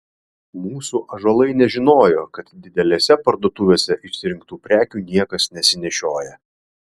mūsų ąžuolai nežinojo kad didelėse parduotuvėse išsirinktų prekių niekas nesinešioja